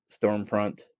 Stormfront